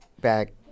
Back